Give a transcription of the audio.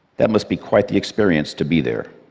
that must be quite the experience to be there.